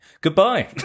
Goodbye